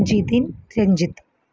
Jithin Ranjith